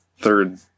third